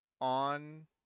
on